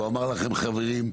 הוא אמר לכם, חברים,